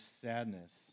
sadness